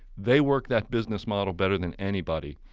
they work that business model better than anybody,